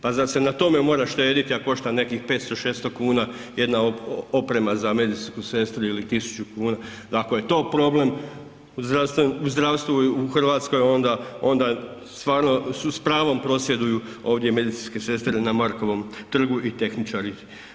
Pa zar se na tome mora štedjeti, a košta nekih 500, 600 kuna jedna oprema za medicinsku sestru ili 1000 kuna, ako je to problem u zdravstvu i u Hrvatskoj, onda stvarno s pravom prosvjeduju ovdje medicinske sestre na Markovom trgu i tehničari.